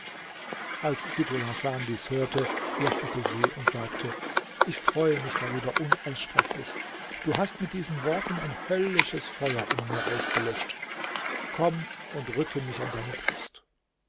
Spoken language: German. als sittulhasan dies hörte lächelte sie und sagte ich freue mich darüber unaussprechlich du hast mit diesen worten ein höllisches feuer in mir ausgelöscht komm und rücke mich an deine brust